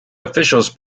officials